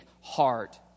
heart